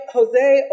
Jose